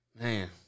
Man